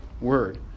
word